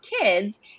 kids